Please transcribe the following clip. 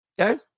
Okay